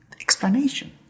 explanation